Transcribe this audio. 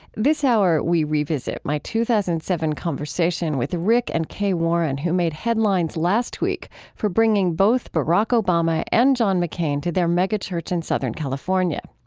this hour, we revisit my two thousand and seven conversation with rick and kay warren, who made headlines last week for bringing both barack obama and john mccain to their megachurch in southern california.